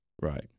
Right